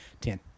Ten